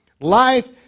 Life